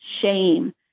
shame